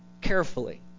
carefully